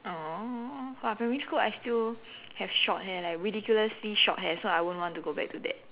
uh !wah! primary school I still have short hair leh ridiculously short hair so I won't want to go back to that